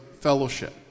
fellowship